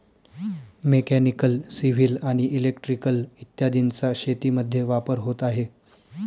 mechanical, civil आणि electrical इत्यादींचा शेतीमध्ये वापर होत आहे